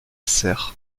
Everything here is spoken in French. serres